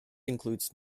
includes